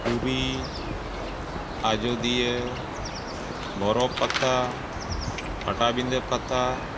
ᱯᱩᱨᱤ ᱟᱡᱳᱫᱤᱭᱟᱹ ᱵᱚᱨᱚ ᱯᱟᱛᱟ ᱯᱟᱴᱟᱵᱤᱫᱟᱹ ᱯᱟᱛᱟ